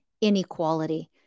Inequality